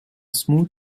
smooth